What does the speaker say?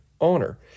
honor